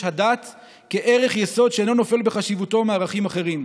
הדת כערך יסוד שאינו נופל בחשיבותו מערכים אחרים.